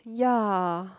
ya